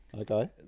Okay